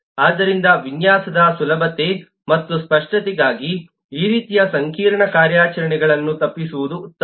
ಆದ್ದರಿಂದ ವಿನ್ಯಾಸದ ಸುಲಭತೆ ಮತ್ತು ಸ್ಪಷ್ಟತೆಗಾಗಿ ಈ ರೀತಿಯ ಸಂಕೀರ್ಣ ಕಾರ್ಯಾಚರಣೆಗಳನ್ನು ತಪ್ಪಿಸುವುದು ಉತ್ತಮ